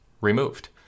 removed